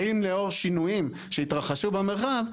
האם לאור שינויים שהתרחשו במרחב,